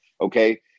okay